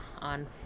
on